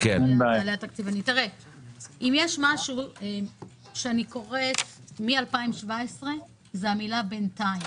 אם יש משהו שאני קוראת מ-2017 זה המילה "בינתיים".